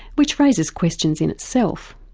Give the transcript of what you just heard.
which raises questions in itself.